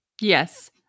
Yes